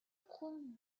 хүн